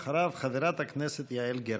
אחריו, חברת הכנסת יעל גרמן.